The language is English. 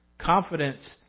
Confidence